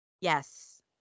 Yes